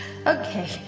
okay